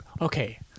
okay